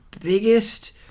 biggest